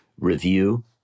review